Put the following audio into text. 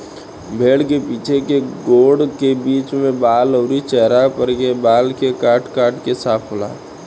भेड़ के पीछे के गोड़ के बीच में बाल अउरी चेहरा पर के बाल के काट काट के साफ होला